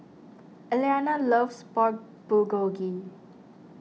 Eliana loves Pork Bulgogi